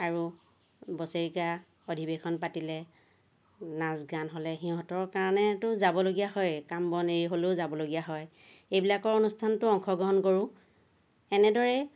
আৰু বছৰেকীয়া অধিৱেশন পাতিলে নাচ গান হ'লে সিহঁতৰ কাৰণেতো যাবলগীয়া হয়েই কাম বন এৰি হ'লেও যাবলগীয়া হয় এইবিলাকৰ অনুষ্ঠানতো অংশগ্ৰহণ কৰোঁ এনেদৰে